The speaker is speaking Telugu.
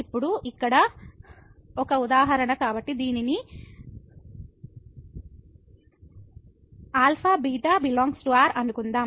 ఇప్పుడు ఇక్కడ ఒక ఉదాహరణ కాబట్టి దీనిని α β ∈ R అనుకుందాం